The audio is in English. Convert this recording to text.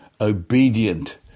obedient